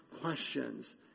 questions